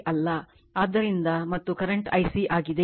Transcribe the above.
ಆದ್ದರಿಂದ ಮತ್ತು current Ic ಆಗಿದೆ